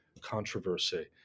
controversy